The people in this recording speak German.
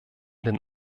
den